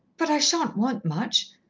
but i shan't want much.